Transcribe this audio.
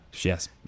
Yes